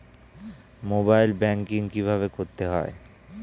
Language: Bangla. মোবাইল ব্যাঙ্কিং কীভাবে করতে হয়?